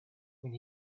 when